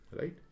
right